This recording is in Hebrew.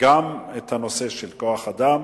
גם את הנושא של כוח-אדם